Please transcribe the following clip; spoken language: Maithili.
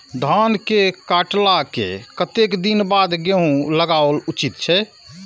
धान के काटला के कतेक दिन बाद गैहूं लागाओल उचित छे?